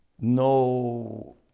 no